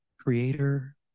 creator